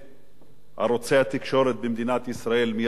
ערוצי התקשורת במדינת ישראל מייצגים אותי